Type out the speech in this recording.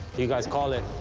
you guys call it?